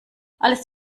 alles